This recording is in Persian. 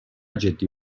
جدی